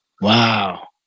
Wow